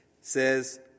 says